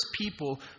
people